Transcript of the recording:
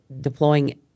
deploying